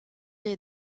est